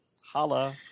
Holla